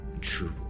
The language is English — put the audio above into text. True